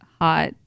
hot